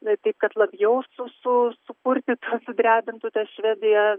na taip kad labiau su su su supurtyt sudrebintų ties švedija